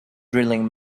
drilling